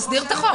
נסדיר את החוק.